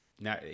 Now